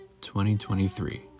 2023